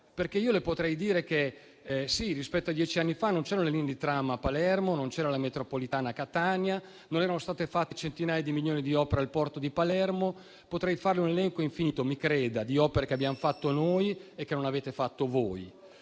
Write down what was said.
accuse. Le potrei dire che, sì, rispetto a dieci anni fa, non c'erano le linee di tram a Palermo, non c'era la metropolitana a Catania, non erano state fatte opere per centinaia di milioni di euro al porto di Palermo. Potrei fare un elenco infinito - mi creda - di opere che abbiamo fatto noi e che non avete fatto voi